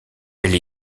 elle